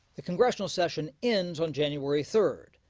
the congressional session ends on january third.